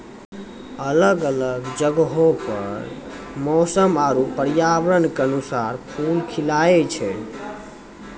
अलग अलग जगहो पर मौसम आरु पर्यावरण क अनुसार फूल खिलए छै